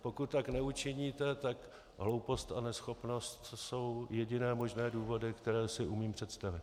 Pokud tak neučiníte, tak hloupost a neschopnost jsou jediné možné důvody, které si umím představit.